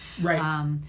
Right